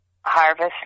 Harvest